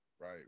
Right